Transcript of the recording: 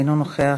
אינו נוכח,